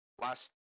Last